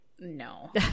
No